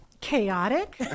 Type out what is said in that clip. chaotic